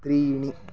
त्रीणि